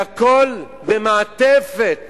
והכול במעטפת